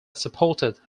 supported